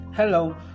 Hello